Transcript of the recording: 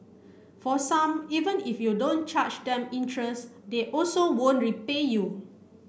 for some even if you don't charge them interest they also won't repay you